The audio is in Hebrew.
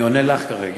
אני עונה לך כרגע.